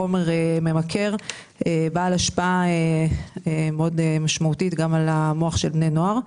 חומר ממכר ובעל השפעה מאוד משמעותית גם על המוח של בני נוער.